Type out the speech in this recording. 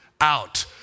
out